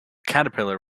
caterpillar